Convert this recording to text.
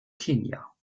kenia